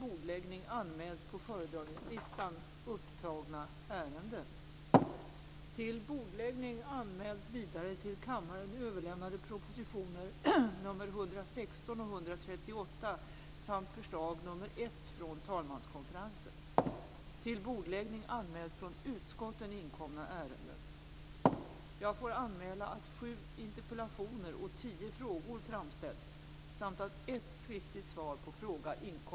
Jag är inte säker på att det skall vara landshövdingen heller. Jag tror att de som kan det här bäst är nätföretagets egen personal. De vet också vilka människor runt omkring i bygden som kan detta bäst. Det kanske är nätföretaget självt som skall ta ut personalen.